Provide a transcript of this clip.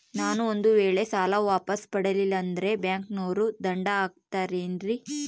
ನಾನು ಒಂದು ವೇಳೆ ಸಾಲ ವಾಪಾಸ್ಸು ಮಾಡಲಿಲ್ಲಂದ್ರೆ ಬ್ಯಾಂಕನೋರು ದಂಡ ಹಾಕತ್ತಾರೇನ್ರಿ?